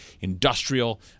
industrial